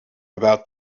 about